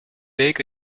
week